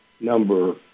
number